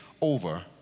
over